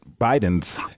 Biden's